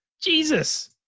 Jesus